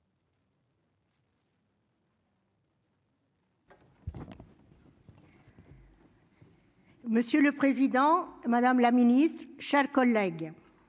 Monsieur le Président, Madame la Ministre, chers collègues